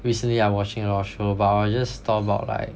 recently I'm watching a lot of show but I'll just talk about like